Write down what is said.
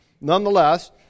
nonetheless